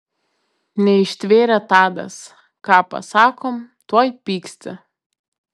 neištvėrė tadas ką pasakom tuoj pyksti